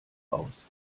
aus